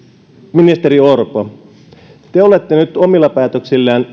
ministeri orpo te olette nyt omilla päätöksillänne